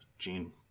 Gene